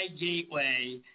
gateway